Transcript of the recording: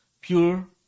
pure